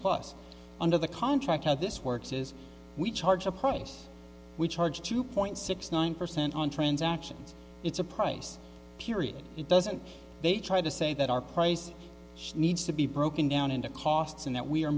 plus under the contract how this works is we charge a price we charge two point six nine percent on transactions it's a price period it doesn't they try to say that our price she needs to be broken down into costs and that we are